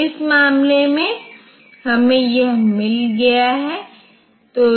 8051 के मामले में हमें गुणन मिला है लेकिन यह केवल 8 बिट गुणा करता है और निर्देश प्रारूप निर्धारित है